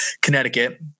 Connecticut